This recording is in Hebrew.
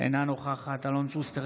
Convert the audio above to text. אינה נוכחת אלון שוסטר,